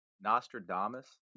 Nostradamus